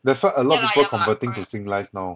that's why a lot of people converting to sing life now